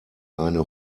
eine